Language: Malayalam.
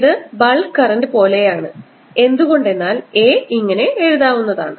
ഇത് ബൾക്ക് കറന്റ് പോലെയാണ് എന്തുകൊണ്ടെന്നാൽ A ഇങ്ങനെ എഴുതാവുന്നതാണ്